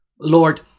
Lord